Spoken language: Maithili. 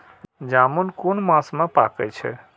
जामून कुन मास में पाके छै?